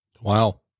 Wow